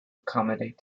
accommodate